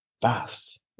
fast